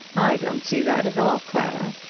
i don't see that at all, clara.